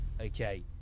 okay